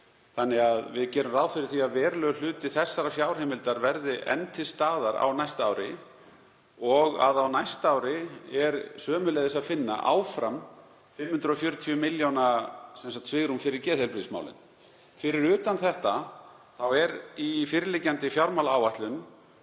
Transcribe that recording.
árið. Við gerum ráð fyrir því að verulegur hluti þessarar fjárheimildar verði enn til staðar á næsta ári. Á næsta ári er sömuleiðis að finna áfram 540 milljóna svigrúm fyrir geðheilbrigðismálin. Fyrir utan þetta er í fyrirliggjandi fjármálaáætlun